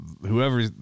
whoever